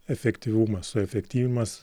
efektyvumas o efektyvinimas